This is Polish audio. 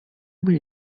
mej